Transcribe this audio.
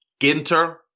Ginter